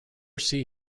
see